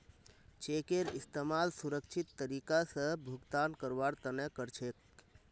चेकेर इस्तमाल सुरक्षित तरीका स भुगतान करवार तने कर छेक